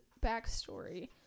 backstory